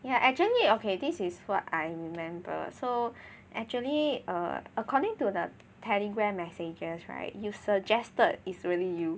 ya actually okay this is what I remember so actually err according to the Telegram messages right you suggested it's really you